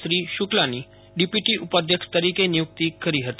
શ્રી શુકલાની ડીપીટી ઉપાઘ્યક્ષ તરીકે નિયુકિત કરી હતી